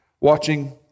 watching